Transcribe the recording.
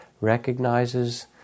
recognizes